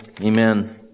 Amen